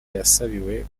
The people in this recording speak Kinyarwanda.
yasabiwe